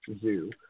zoo